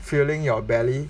filling your belly